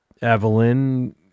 Evelyn